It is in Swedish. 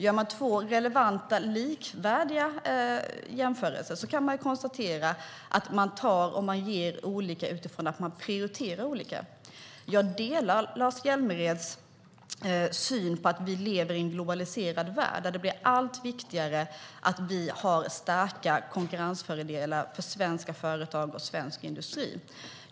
Gör man relevanta och likvärdiga jämförelser kan man konstatera att vi tar och ger olika utifrån att vi prioriterar olika. Jag delar Lars Hjälmereds syn, att vi lever i en globaliserad värld, där det blir allt viktigare att vi har starka konkurrensfördelar för svenska företag och svensk industri.